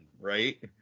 right